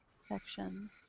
section